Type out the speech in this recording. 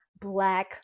black